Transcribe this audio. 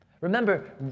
Remember